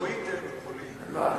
ב"טוויטר" הם יכולים.